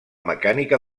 mecànica